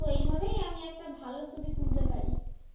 তো এইভাবেই আমি একটা ভালো ছবি তুলতে পারি